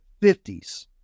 50s